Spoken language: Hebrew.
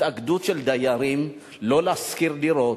התאגדות של דיירים לא להשכיר דירות,